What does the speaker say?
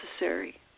necessary